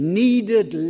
needed